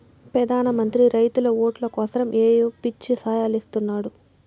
పెదాన మంత్రి రైతుల ఓట్లు కోసరమ్ ఏయో పిచ్చి సాయలిస్తున్నాడు